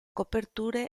copertura